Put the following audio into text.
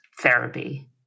therapy